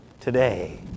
today